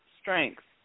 strength